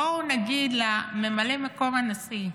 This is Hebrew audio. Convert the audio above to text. בואו נגיד לממלא מקום הנשיא,